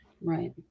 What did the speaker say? right